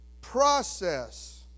process